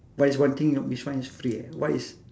what is one thing oh which one is free ah what is